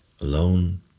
Alone